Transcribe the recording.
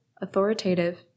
authoritative